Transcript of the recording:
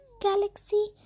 galaxy